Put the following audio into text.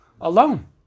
alone